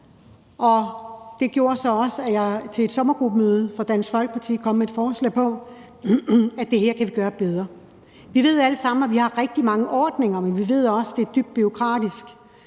det gjorde så også, at jeg til et sommergruppemøde hos Dansk Folkeparti kom med et forslag til, hvordan vi kan gøre det her bedre. Vi ved alle sammen, at vi har rigtig mange ordninger, men vi ved også, det er dybt bureaukratisk,